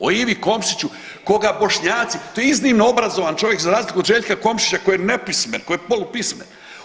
O Ivi Komšiću koga Bošnjaci, to je iznimno obrazovan čovjek za razliku od Željka Komšića koji je nepismen, koji je polupismen.